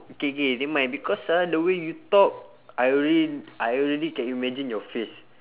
okay K never mind because ha the way you talk I already I already can imagine your face